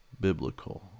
biblical